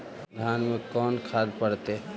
धान मे कोन खाद पड़तै?